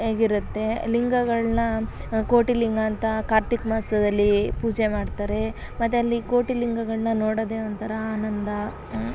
ಆಗಿರುತ್ತೆ ಲಿಂಗಗಳನ್ನ ಕೋಟಿಲಿಂಗ ಅಂತ ಕಾರ್ತೀಕ ಮಾಸದಲ್ಲಿ ಪೂಜೆ ಮಾಡ್ತಾರೆ ಮತ್ತು ಅಲ್ಲಿ ಕೋಟಿ ಲಿಂಗಗಳನ್ನ ನೋಡೋದೆ ಒಂಥರ ಆನಂದ